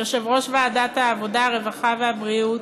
יושב-ראש ועדת העבודה, הרווחה והבריאות,